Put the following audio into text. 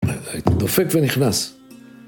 דופק ונכנס.